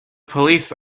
police